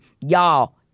y'all